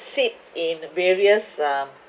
seat in various um